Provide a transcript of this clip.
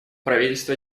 правительство